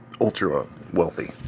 ultra-wealthy